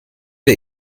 der